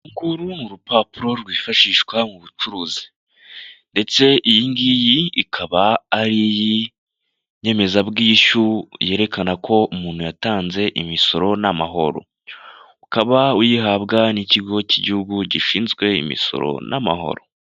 Uru nguru n'urupapuro rwifashishwa mu bucuruzi ndetse iyi ngiyi ikaba ariy'inyemezabwishyu yerekana ko umuntu yatanze imisoro n'amahoro, ukaba uyihabwa n'ikigo cy'Igihugu gishinzwe imisoro n'amahoro.